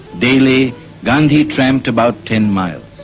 daily gandhi tramped about ten miles.